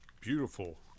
beautiful